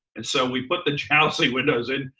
and so we put the jalousie windows in,